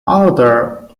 arthur